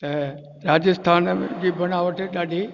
ऐं राजस्थान में जी बनावट ॾाढी